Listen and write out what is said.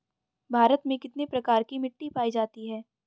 भारत में कितने प्रकार की मिट्टी पाई जाती हैं?